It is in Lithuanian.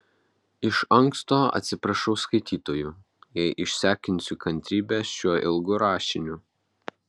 iš anksto atsiprašau skaitytojų jei išsekinsiu kantrybę šiuo ilgu rašiniu